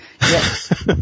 Yes